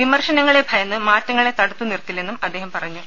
വിമർശനങ്ങളെ ഭയന്ന് മാറ്റങ്ങളെ തടുത്തു നിർത്തില്ലെന്നും അദ്ദേഹം പറഞ്ഞു